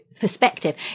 perspective